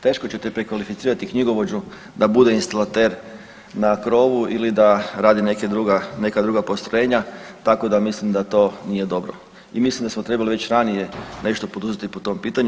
Teško ćete prekvalificirati knjigovođu da bude instalater na krovu ili da radi neka druga postrojenja, tako da mislim da to nije dobro i mislim da smo trebali već ranije nešto poduzeti po tom pitanju.